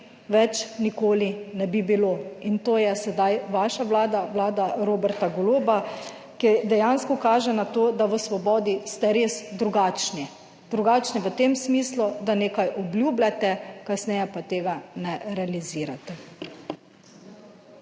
več nikoli ne bi bilo in to je sedaj vaša Vlada, vlada Roberta Goloba, ki dejansko kaže na to, da v Svobodi ste res drugačni. Drugačni v tem smislu, da nekaj obljubljate, kasneje pa tega ne realizirate.